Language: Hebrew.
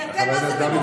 כי אתם מה זה דמוקרטיים,